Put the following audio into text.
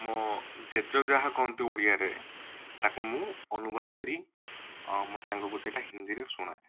ମୋ ଜେଜେ ଯାହା କହନ୍ତି ଓଡ଼ିଆରେ ତାକୁ ମୁଁ ଅନୁବାଦ କରି ମୋ ସାଙ୍ଗକୁ ସେଇଟା ହିନ୍ଦୀରେ ଶୁଣାଏ